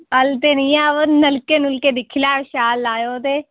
हलदे निं ऐ पर नलके नुलके दिक्खी लैएओ शैल लाएओ ते